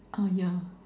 uh yeah